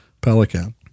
pelican